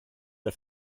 der